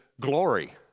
glory